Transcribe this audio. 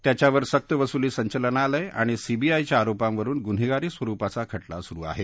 त्याच्यावर सक वसुली संचालनालय आणि सीबीआयच्या आरोपांवरुन गुन्हेगारी स्वरुपाचा खटला सुरु आहे